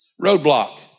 Roadblock